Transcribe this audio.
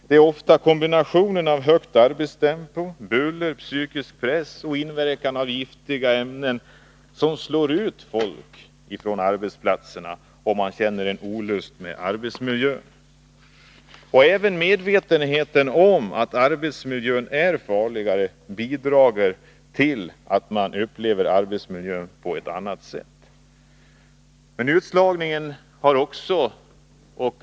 Det är ofta kombinationen av högt arbetstempo, buller, psykisk press och giftiga ämnen som slår ut folk på arbetsplatserna och skapar olust. Även medvetenheten om en farligare arbetsmiljö bidrar till att man upplever arbetsmiljön på ett annat sätt.